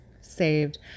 saved